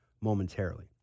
momentarily